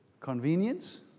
convenience